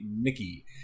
Mickey